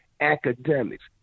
academics